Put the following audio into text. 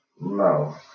No